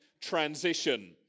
transition